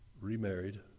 remarried